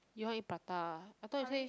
you want to eat prata I thought you say